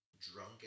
drunk